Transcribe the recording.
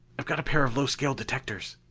i've got a pair of low-scale detectors.